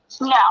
no